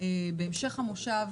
בהמשך המושב,